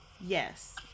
Yes